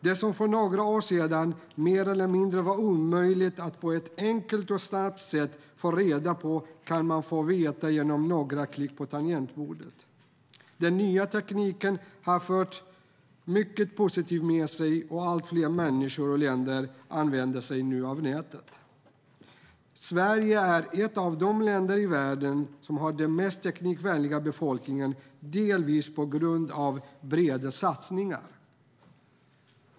Det som för några år sedan mer eller mindre var omöjligt att på ett enkelt och snabbt sätt få reda på kan man nu få veta genom några klick på tangentbordet. Den nya tekniken har fört mycket positivt med sig, och allt fler människor och länder använder sig av nätet. Sverige är ett av de länder i världen som har den mest teknikvänliga befolkningen, delvis på grund av breda satsningar.